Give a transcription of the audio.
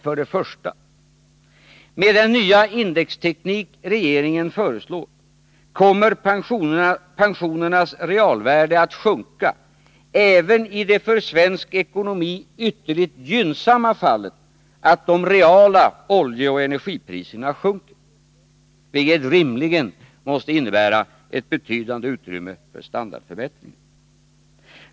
För det första: Med den nya indexteknik regeringen föreslår kommer pensionernas realvärde att sjunka även i det för svensk ekonomi ytterligt gynnsamma fallet att de reala oljeoch energipriserna sjunker, vilket rimligen måste innebära ett betydande utrymme för standardförbättringar.